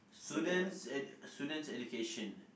student's ed~ student's education